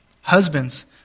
Husbands